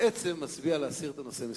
בעצם מצביע בעד הסרת הנושא מסדר-היום.